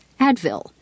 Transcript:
Advil